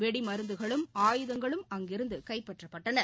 வெடிமருந்துகளும் ஆயுதங்களும் அங்கிருந்துகைப்பற்றப்பட்டன